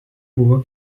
buvo